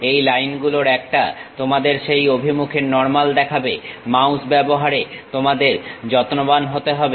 এই লাইন গুলোর একটা তোমাদের সেই অভিমুখের নর্মাল দেখাবে মাউস ব্যবহারে তোমাদের যত্নবান হতে হবে